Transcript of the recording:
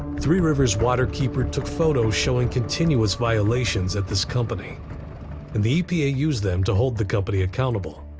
three rivers waterkeeper took photos showing continuous violations at this company, and the epa used them to hold the company accountable.